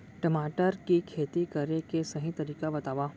टमाटर की खेती करे के सही तरीका बतावा?